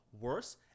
worse